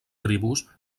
tribus